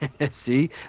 see